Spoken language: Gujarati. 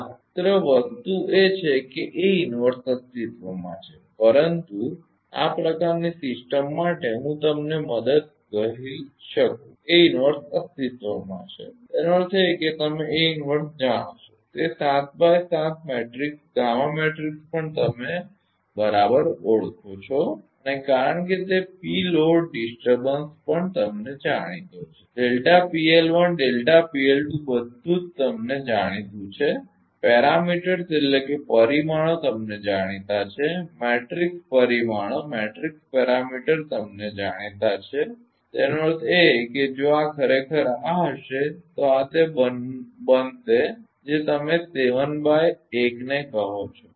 માત્ર વસ્તુ એ છે કે અસ્તિત્વમાં છે પરંતુ આ પ્રકારની સિસ્ટમ માટે હું તમને કહી શકું અસ્તિત્વમાં છે એનો અર્થ એ કે તમે જાણો છો કે તે 7 x 7 મેટ્રિક્સ ગામા મેટ્રિક્સ પણ તમે બરાબર ઓળખો છે અને કારણ કે તે પી લોડ ડિસ્ટર્બન્સ પણ તમને જાણીતો છે બધું જ તમને જાણીતું છે પરિમાણો તમને જાણીતા છે મેટ્રિક્સ પરિમાણો તમને જાણીતા છે તેનો અર્થ એ કે જો આ ખરેખર આ હશે તો આ તે બનશે જે તમે 7 x 1 ને કહો છો